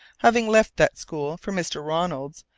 having left that school for mr. ronald's,